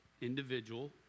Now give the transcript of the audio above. individual